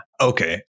Okay